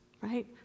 right